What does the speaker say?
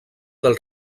del